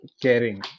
caring